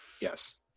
Yes